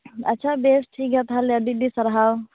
ᱟᱪᱪᱷᱟ ᱵᱮᱥ ᱴᱷᱤᱠᱜᱮᱭᱟ ᱛᱟᱦᱚᱞᱮ ᱟᱹᱰᱤ ᱟᱹᱰᱤ ᱥᱟᱨᱦᱟᱣ